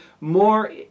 more